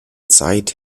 zeit